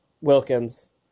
Wilkins